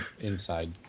inside